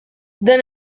dan